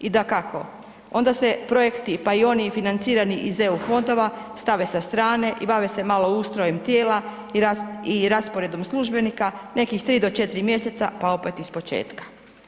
I dakako, onda se projekti, pa i oni financirani iz EU fondova stave sa strane i bave se malo ustrojem tijela i rasporedom službenika nekih 3 do 4 mjeseca, pa opet ispočetka.